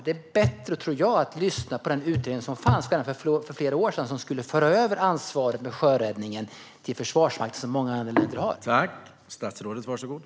Jag tror att det är bättre att lyssna på den utredning som fanns redan för flera år sedan och som ville föra över ansvaret för sjöräddningen till Försvarsmakten, så som man har det i många andra länder.